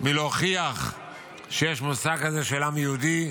להוכיח שיש מושג כזה של עם יהודי,